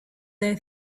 they